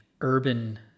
urban